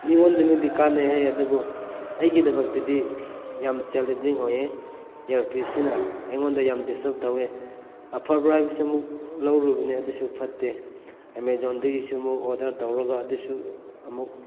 ꯃꯤꯉꯣꯟꯗꯕꯨꯗꯤ ꯀꯥꯟꯅꯩ ꯍꯥꯏ ꯑꯗꯨꯕꯨ ꯑꯩꯒꯤꯗꯃꯛꯇꯗꯤ ꯌꯥꯝ ꯆꯦꯜꯂꯦꯟꯖꯤꯡ ꯑꯣꯏꯌꯦ ꯏꯌꯥꯔꯄꯤꯁꯁꯤꯅ ꯑꯩꯉꯣꯟꯗ ꯌꯥꯝ ꯗꯤꯁꯇꯔꯞ ꯇꯧꯋꯦ ꯑꯐꯕ꯭ꯔꯥ ꯍꯥꯏꯕ꯭ꯔꯥꯁꯤꯃꯨꯛ ꯂꯧꯔꯨꯕꯅꯦ ꯑꯗꯨꯁꯨ ꯐꯠꯇꯦ ꯑꯦꯃꯥꯖꯣꯟꯗꯒꯤꯁꯨ ꯑꯃꯨꯛ ꯑꯣꯔꯗꯔ ꯇꯧꯔꯒ ꯑꯗꯨꯁꯨ ꯑꯃꯨꯛ